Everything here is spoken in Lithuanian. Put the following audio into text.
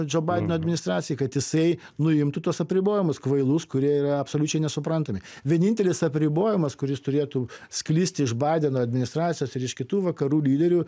džo baideno administracijai kad jisai nuimtų tuos apribojimus kvailus kurie yra absoliučiai nesuprantami vienintelis apribojimas kuris turėtų sklisti iš badeno administracijos ir iš kitų vakarų lyderių